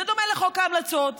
זה דומה לחוק ההמלצות,